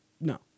No